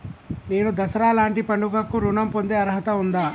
నేను దసరా లాంటి పండుగ కు ఋణం పొందే అర్హత ఉందా?